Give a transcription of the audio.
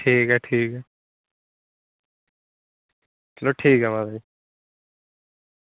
नेईं ते ठीक ऐ ठीक ते मतलब ठीक ऐ